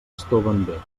estoven